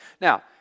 Now